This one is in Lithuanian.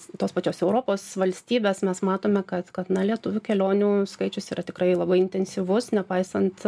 tos pačios europos valstybes mes matome kad kad lietuvių kelionių skaičius yra tikrai labai intensyvus nepaisant